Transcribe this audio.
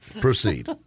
Proceed